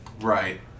Right